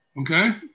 okay